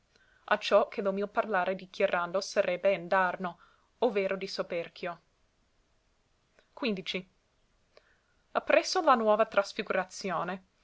dubitazione acciò che lo mio parlare dichiarando sarebbe indarno o vero di soperchio ppresso la nuova trasfigurazione